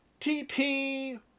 TP